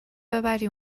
ببری